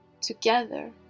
Together